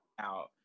out